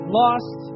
lost